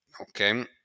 Okay